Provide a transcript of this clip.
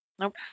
Nope